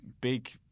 big